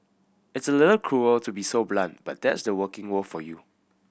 it's a little cruel to be so blunt but that's the working world for you